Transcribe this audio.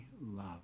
love